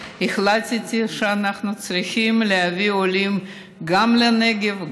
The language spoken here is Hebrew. החלטתי שאנחנו צריכים להביא עולים גם לנגב,